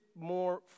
more